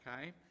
Okay